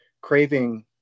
craving